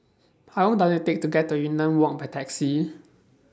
How Long Does IT Take to get to Yunnan Walk By Taxi